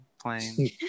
playing